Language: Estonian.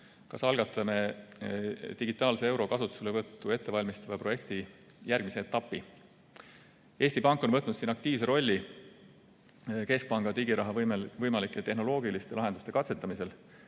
kas algatame digitaalse euro kasutuselevõttu ettevalmistava projekti järgmise etapi. Eesti Pank on võtnud siin aktiivse rolli keskpanga digiraha võimalike tehnoloogiliste lahenduste katsetamisel.